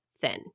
thin